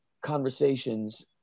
conversations